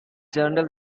general